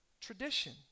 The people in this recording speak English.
tradition